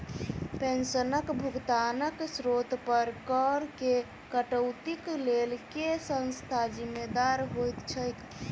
पेंशनक भुगतानक स्त्रोत पर करऽ केँ कटौतीक लेल केँ संस्था जिम्मेदार होइत छैक?